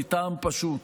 מטעם פשוט: